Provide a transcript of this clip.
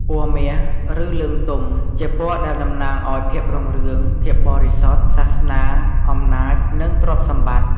ពណ៌មាស ឬ លឿងទុំ ជាពណ៌ដែលតំណាងឱ្យ ភាពរុងរឿង ភាពបរិសុទ្ធ (សាសនា) អំណាច និង ទ្រព្យសម្បត្តិ។